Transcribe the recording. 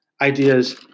ideas